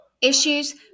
issues